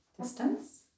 Distance